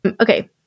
Okay